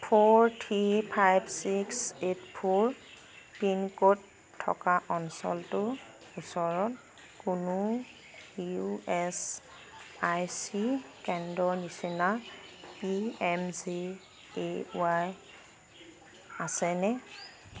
four three five six eight four pincode থকা অঞ্চলটোৰ ওচৰত কোনো ই এছ আই চি কেন্দ্ৰৰ নিচিনা P M J A Y আছেনে